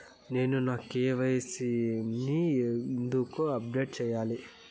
నేను నా కె.వై.సి ని ఎందుకు అప్డేట్ చెయ్యాలి?